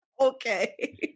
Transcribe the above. Okay